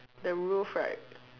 the roof right